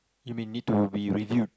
you mean need to be reviewed